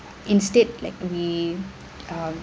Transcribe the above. instead like we um